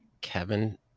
Kevin